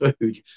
food